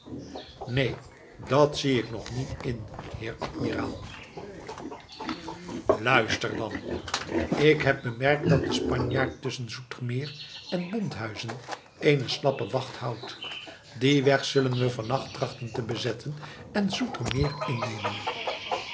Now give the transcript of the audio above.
neen dat zie ik nog niet in heer admiraal luister dan ik heb bemerkt dat de spanjaard tusschen zoetermeer en bonthuizen eene slappe wacht houdt dien weg zullen we vannacht trachten te bezetten en zoetermeer innemen